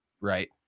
right